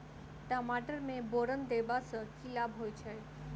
टमाटर मे बोरन देबा सँ की लाभ होइ छैय?